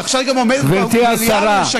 את עכשיו גם עומדת כבר במליאה ומשקרת?